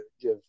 give